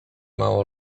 mało